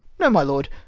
no my lord,